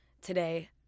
today